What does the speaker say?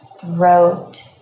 throat